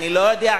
אני לא יודע,